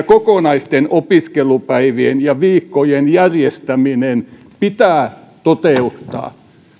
kokonaisten opiskelupäivien ja viikkojen järjestäminen pitää toteuttaa